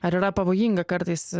ar yra pavojinga kartais